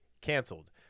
canceled